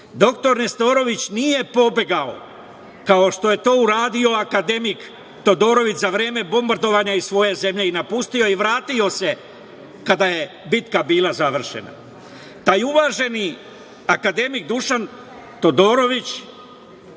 Doktor Nestorović nije pobegao, kao što je to uradio akademik Todorović za vreme bombardovanja i svoje zemlje i napusti i vratio se kada je bitka bila završena. Taj uvaženi akademik Dušan Todorović,